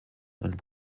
and